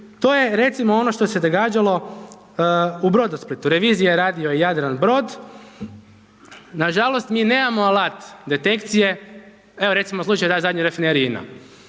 To je recimo ono što se događalo u Brodosplitu, reviziju je radio Jadranbrod, nažalost mi nemamo alat detekcije, evo recimo slučaj zadnji rafinerije INA,